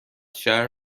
شهر